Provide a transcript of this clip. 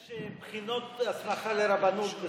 יש בחינות הסמכה לרבנות בסוף התורנות.